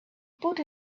put